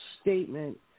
statement